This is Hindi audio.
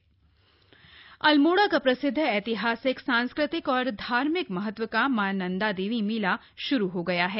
मां नन्दा देवी मेला अल्मोड़ा का प्रसिद्ध ऐतिहासिक सांस्कृतिक और धार्मिक महत्व का मां नन्दा देवी मेला श्रू हो गया है